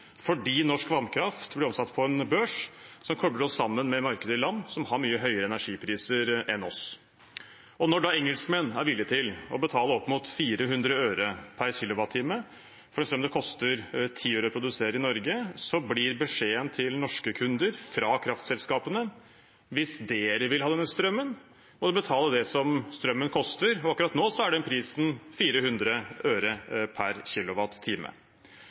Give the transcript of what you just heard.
fordi norsk vannkraft blir omsatt på en børs som kopler oss sammen med markeder i land som har mye høyere energipriser enn oss. Når engelskmenn er villig til å betale opp mot 400 øre per kilowattime for strøm det koster 10 øre å produsere i Norge, blir beskjeden til norske kunder fra kraftselskapene: Hvis dere vil ha denne strømmen, må dere betale det som strømmen koster, og akkurat nå er den prisen 400 øre per